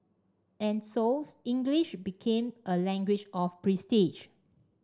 and so English became a language of prestige